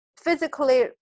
physically